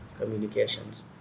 communications